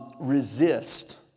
Resist